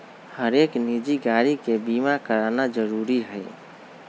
हरेक निजी गाड़ी के बीमा कराना जरूरी हई